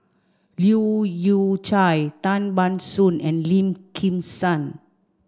Leu Yew Chye Tan Ban Soon and Lim Kim San